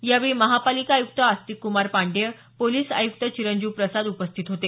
यावेळी महापालिका आयुक्त आस्तिक कुमार पांडेय पोलीस आय़क्त चिरंजीव प्रसाद उपस्थित होते